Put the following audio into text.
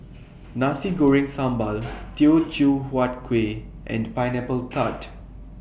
Nasi Goreng Sambal Teochew Huat Kuih and Pineapple Tart